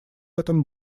этом